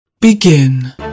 Begin